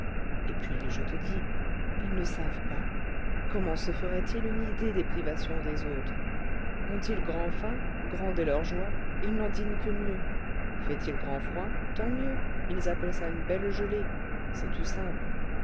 et puis je te dis ils ne savent pas comment se feraient ils une idée des privations des autres ont-ils grand faim grande est leur joie ils n'en dînent que mieux fait-il grand froid tant mieux ils appellent ça une belle gelée c'est tout simple